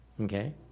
Okay